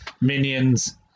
Minions